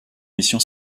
missions